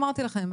אמרתי לכם,